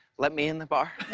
let me in the bar.